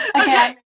Okay